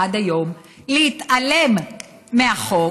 עד היום: להתעלם מהחוק,